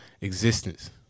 existence